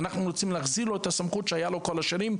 אנחנו רוצים להחזיר לו את הסמכות שהייתה לו כל השנים,